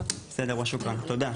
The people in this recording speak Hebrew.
תודה).